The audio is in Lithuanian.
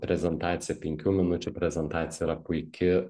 prezentacija penkių minučių prezentacija yra puiki